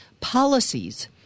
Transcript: policies